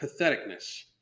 patheticness